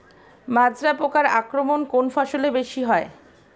মাজরা পোকার আক্রমণ কোন ফসলে বেশি হয়?